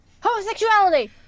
homosexuality